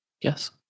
Yes